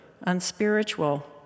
unspiritual